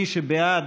מי שבעד,